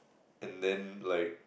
and then like